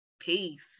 Peace